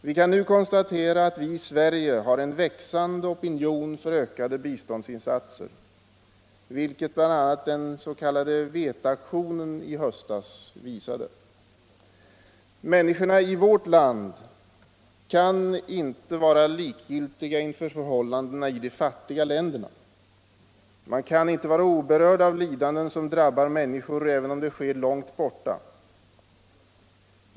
Vi kan nu konstatera att vi i Sverige har en växande opinion för ökade biståndsinsatser, vilket bl.a. den s.k. veteaktionen i höstas visade. Människorna i vårt land kan inte vara likgiltiga inför förhållandena i de fattiga länderna. Man kan inte vara oberörd av lidanden som drabbar människor även om det sker långt bort.